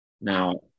now